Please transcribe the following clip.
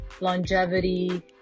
longevity